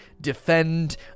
defend